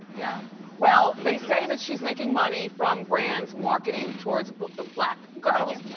yeah well, they say that she is making money from brands marketing towards but ah black girls.